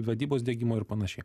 vadybos diegimo ir panašiai